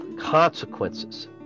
consequences